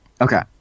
okay